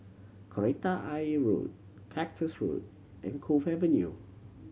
Kreta Ayer Road Cactus Road and Cove Avenue